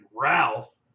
Ralph